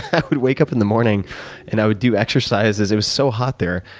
i would wake up in the morning and i would do exercises. it was so hot there.